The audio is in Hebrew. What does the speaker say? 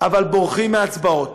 אבל בורחים מהצבעות,